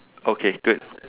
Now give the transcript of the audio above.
okay good